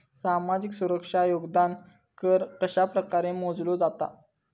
सामाजिक सुरक्षा योगदान कर कशाप्रकारे मोजलो जाता